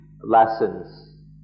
lessons